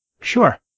Sure